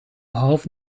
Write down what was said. half